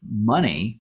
money